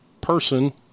person